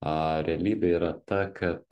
realybė yra ta kad